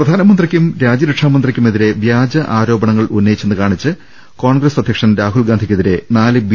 പ്രധാനമന്ത്രിക്കും രാജ്യരക്ഷാമന്ത്രിക്കും എതിരെ വ്യാജ ആരോപണങ്ങൾ ഉന്നയിച്ചെന്ന് കാണിച്ച് കോൺഗ്രസ് അധ്യക്ഷൻ രാഹുൽ ഗാന്ധിക്കെതിരെ നാല് ബി